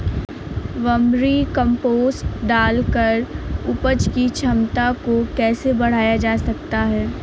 Vermi compost डालकर उपज की क्षमता को कैसे बढ़ाया जा सकता है?